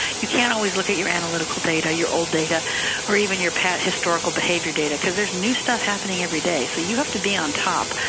you can't always look at your analytical data, your old data or even your past historical behavior data, because there's new stuff happening every day. so you have to be on top.